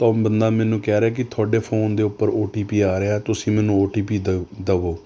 ਤਾਂ ਉਹ ਬੰਦਾ ਮੈਨੂੰ ਕਹਿ ਰਿਹਾ ਕਿ ਤੁਹਾਡੇ ਫੋਨ ਦੇ ਉੱਪਰ ਓ ਟੀ ਪੀ ਆ ਰਿਹਾ ਤੁਸੀਂ ਮੈਨੂੰ ਓ ਟੀ ਪੀ ਦ ਦਵੋ